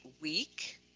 week